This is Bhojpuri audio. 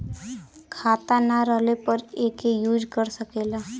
खाता ना रहले पर एके यूज कर सकेला